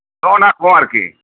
ᱱᱚᱜᱼᱚ ᱱᱟᱠᱚ ᱟᱨᱠᱤ